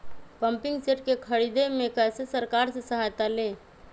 Pumping set के ख़रीदे मे कैसे सरकार से सहायता ले?